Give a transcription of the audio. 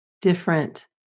different